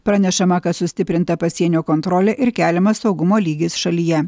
pranešama kad sustiprinta pasienio kontrolė ir keliamas saugumo lygis šalyje